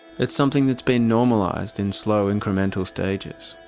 it's something that's been normalised in slow incremental stages,